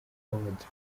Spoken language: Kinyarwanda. awards